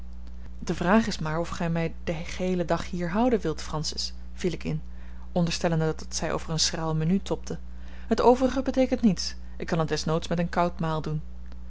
de vraag is maar of gij mij den geheelen dag hier houden wilt francis viel ik in onderstellende dat zij over een schraal menu tobde het overige beteekent niets ik kan het desnoods met een koud maal doen